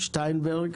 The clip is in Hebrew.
שטיינברג.